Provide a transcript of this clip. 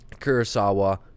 Kurosawa